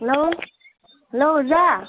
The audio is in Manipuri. ꯍꯜꯂꯣ ꯍꯜꯂꯣ ꯑꯣꯖꯥ